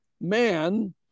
man